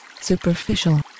superficial